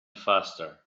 faster